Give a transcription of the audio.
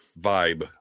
vibe